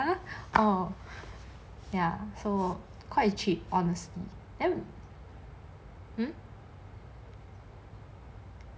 uh orh ya so quite cheap honestly